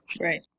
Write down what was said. Right